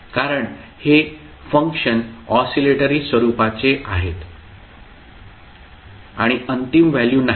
कारण हे function oscillatory स्वरूपाचे आहेत आणि अंतिम व्हॅल्यू नाहीत